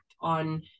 on